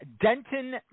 Denton